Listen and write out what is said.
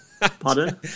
Pardon